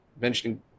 mentioning